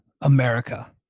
America